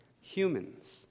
Humans